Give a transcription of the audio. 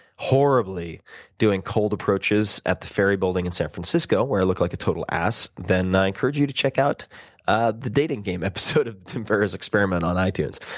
horribly doing cold approaches at the ferry building in san francisco where i look like a total ass, then i encourage you to check out ah the dating game episode of the tim ferris experiment on itunes.